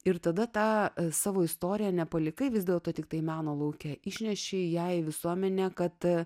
ir tada tą savo istoriją nepalikai vis dėlto tiktai meno lauke išneši jei visuomenė kad